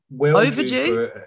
overdue